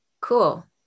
Cool